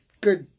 Good